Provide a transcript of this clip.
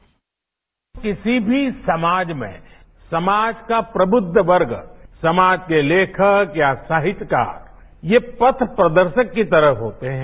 bite किसी भी समाज में समाज का प्रब्ध वर्ग समाज के लेखक या साहित्यकार ये पथ प्रदर्शक की तरह होते हैं